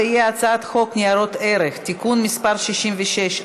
הצעת חוק ניירות ערך (תיקון מס' 66),